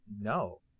no